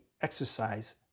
exercise